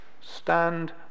Stand